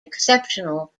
exceptional